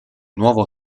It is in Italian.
nuovo